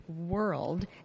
world